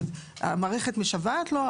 והמערכת משוועת לו,